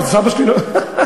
סבא שלי לא,